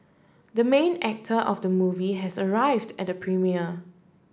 the main actor of the movie has arrived at the premiere